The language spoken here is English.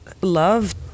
love